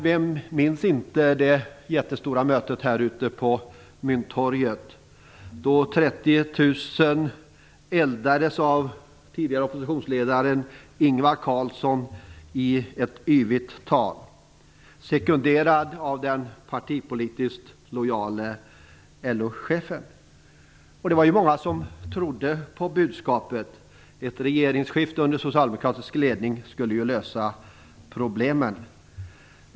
Vem minns inte det jättestora mötet här ute på Mynttorget, då 30 000 människor eldades av den tidigare oppositionsledaren Ingvar Carlsson i ett yvigt tal. Han sekonderades av den partipolitiskt lojale LO chefen. Det var många som trodde på budskapet, ett regeringsskifte till socialdemokratisk ledning skulle lösa problemen.